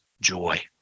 joy